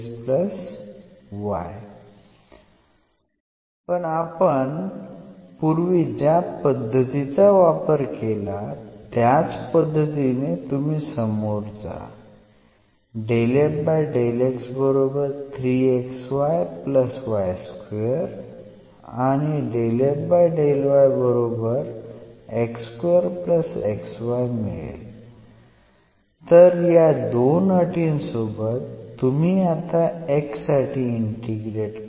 पण आपण पूर्वी ज्या पद्धतीचा वापर केला त्याच पद्धतीने तुम्ही समोर जा तर या दोन अटींसोबत तुम्ही आता x साठी इंटिग्रेट करा